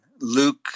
Luke